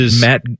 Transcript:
Matt